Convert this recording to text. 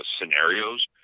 scenarios